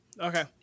Okay